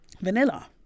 vanilla